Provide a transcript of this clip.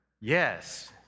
Yes